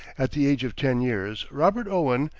at the age of ten years, robert owen,